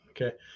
Okay